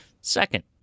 Second